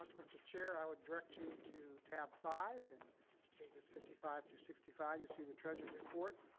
ah mr. chair. i would direct you to tab five and pages fifty five through sixty five, you see the treasurer's report.